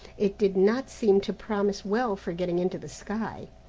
it did not seem to promise well for getting into the sky,